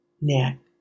neck